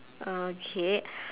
okay